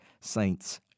saints